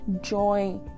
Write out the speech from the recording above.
joy